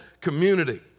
community